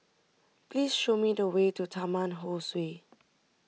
please show me the way to Taman Ho Swee